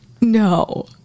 no